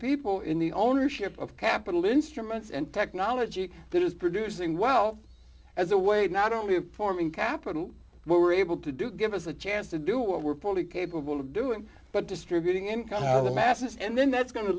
people in the ownership of capital instruments and technology that is producing wealth as a way not only of forming capital were able to do give us a chance to do what we're fully capable of doing but distributing income out of the masses and then that's going to